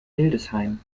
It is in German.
hildesheim